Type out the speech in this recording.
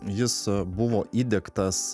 jis buvo įdiegtas